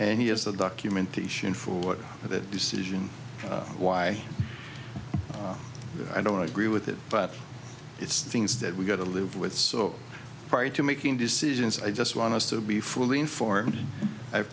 and he has the documentation for that decision why i don't agree with it but it's things that we got to live with so prior to making decisions i just want us to be fully informed